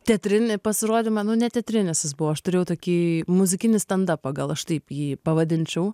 teatrinį pasirodymą nu ne teatrinis jis buvo aš turėjau tokį muzikinį stendapą gal aš taip jį pavadinčiau